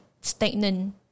stagnant